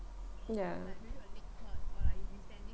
yeah